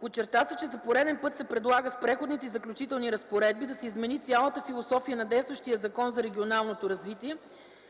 Подчерта се, че за пореден път се предлага с Преходните и заключителни разпоредби да се измени цялата философия на действащия Закон за регионалното развитие.